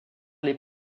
les